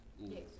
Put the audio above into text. Yes